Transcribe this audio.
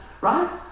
Right